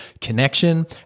connection